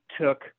took